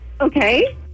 okay